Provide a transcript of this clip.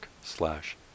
slash